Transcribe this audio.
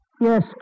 Yes